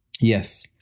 yes